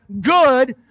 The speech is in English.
good